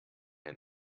ein